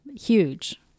huge